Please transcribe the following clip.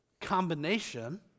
combination